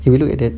he will at that